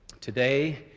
Today